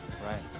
right